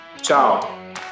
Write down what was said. ciao